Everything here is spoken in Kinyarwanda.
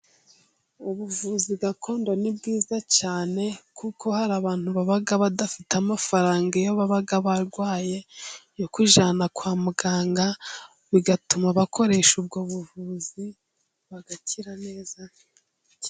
Ubuvuzi gakondo ni bwiza cyane, kuko hari abantu baba badafite amafaranga iyo baba barwaye yo kujyana kwa muganga bigatuma abakoresha ubwo buvuzi bagakira neza.